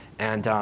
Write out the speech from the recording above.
and